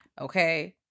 okay